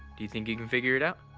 do you think you can figure it out?